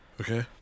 Okay